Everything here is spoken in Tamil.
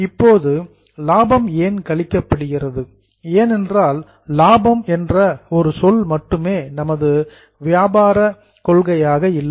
இப்போது லாபம் ஏன் கழிக்கப்படுகிறது ஏனென்றால் லாபம் என்ற சொல் ஒன்று மட்டுமே நமது வியாபார பாலிசி கொள்கையாக இல்லை